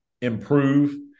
improve